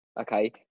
Okay